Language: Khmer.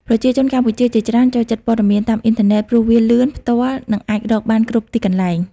ប្រជាជនកម្ពុជាជាច្រើនចូលចិត្តព័ត៌មានតាមអ៊ីនធឺណិត ព្រោះវាលឿន ផ្ទាល់ និងអាចរកបានគ្រប់ទីកន្លែង។